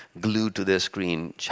glued-to-their-screen